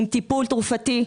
עם טיפול תרופתי.